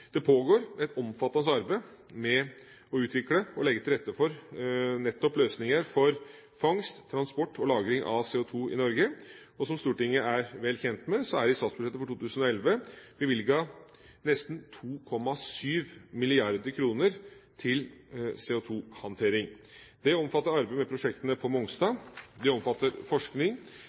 Det pågår et omfattende arbeid med å utvikle og legge til rette for løsninger for fangst, transport og lagring av CO2 i Norge. Som Stortinget er vel kjent med, er det i statsbudsjettet for 2011 bevilget nesten 2,7 mrd. kr til CO2-håndtering. Det omfatter arbeidet med prosjektene på Mongstad, forskning